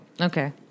Okay